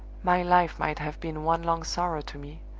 my life might have been one long sorrow to me,